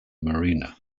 marina